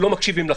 שלא מקשיבים לכם.